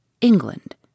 England